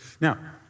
Now